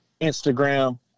Instagram